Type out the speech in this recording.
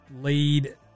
lead